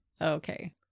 Okay